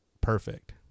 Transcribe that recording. perfect